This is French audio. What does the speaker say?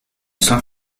cent